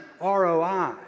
ROI